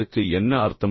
அதற்கு என்ன அர்த்தம்